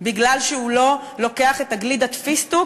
מפני שהוא לא לוקח את גלידת הפיסטוק